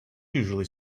usually